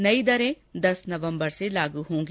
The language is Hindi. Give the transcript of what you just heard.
नई दरें दस नवंबर से लागू होंगी